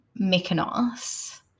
mykonos